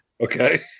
Okay